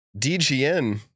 DGN